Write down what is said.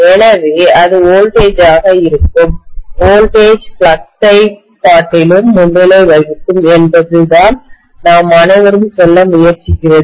எனவே அது வோல்டேஜ் ஆக இருக்கும் வோல்டேஜ் ஃப்ளக்ஸ் ஐ காட்டிலும் முன்னிலை வகுக்கும் என்பதுதான் நாம் அனைவரும் சொல்ல முயற்சிக்கிறது